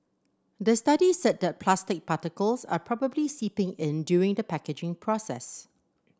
the study said that plastic particles are probably seeping in during the packaging process